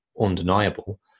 undeniable